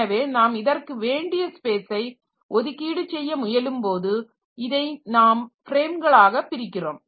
எனவே நாம் இதற்கு வேண்டிய ஸ்பேஸை ஒதுக்கீடு செய்ய முயலும்போது இதை நாம் ஃப்ரேம்களாக பிரிக்கிறோம்